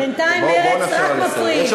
בינתיים מרצ רק מפריעים, בואו נאפשר לה לסיים.